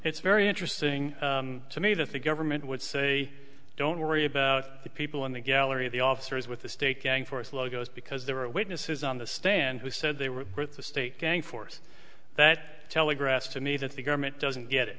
it's very interesting to me that the government would say don't worry about the people in the gallery of the officers with the state can force logos because there were witnesses on the stand who said they were the state gang force that telegraphs to me that the government doesn't get it